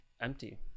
empty